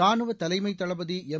ரானுவ தலைமைத் தளபதி எம்